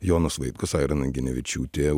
jonas vaitkus aira naginevičiūtė